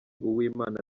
uwimana